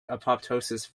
apoptosis